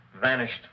Vanished